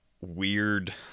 weird